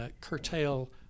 curtail